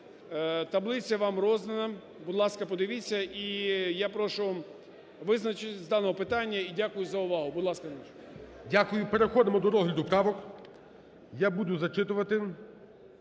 Таблиця вам роздана. Будь ласка, подивіться. І я прошу визначитись з даного питання. І дякую за увагу. ГОЛОВУЮЧИЙ. Дякую. Переходимо до розгляду правок. Я буду зачитувати.